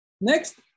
Next